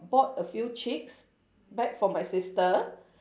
bought a few chicks back for my sister